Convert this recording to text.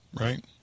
Right